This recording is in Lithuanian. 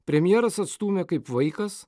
premjeras atstūmė kaip vaikas